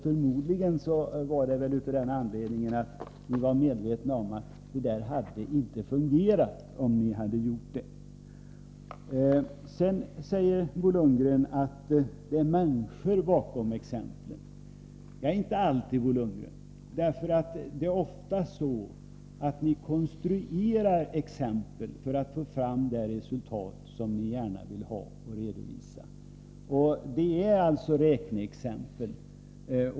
Förmodligen var det av den anledningen att ni var medvetna om att det inte skulle ha fungerat. Bo Lundgren säger att det är människor bakom exemplen. Nej, inte alltid. Ofta konstruerar ni exempel för att få fram det resultat som ni gärna vill redovisa. Det är alltså räkneexempel.